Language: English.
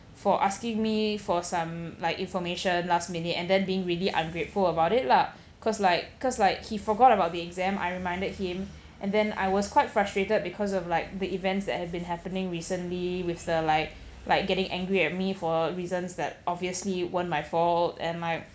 for asking me for some like information last minute and then being really ungrateful about it lah cause like cause like he forgot about the exam I reminded him and then I was quite frustrated because of like the events that have been happening recently with the like like getting angry at me for reasons that obviously weren't my fault and my